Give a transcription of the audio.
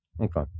Okay